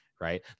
Right